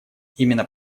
именно